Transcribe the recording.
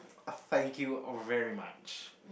thank you very much